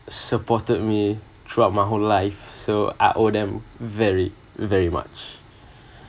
supported me throughout my whole life so I owe them very very much